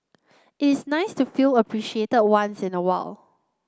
it's nice to feel appreciated once in a while